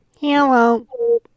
hello